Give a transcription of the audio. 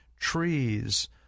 trees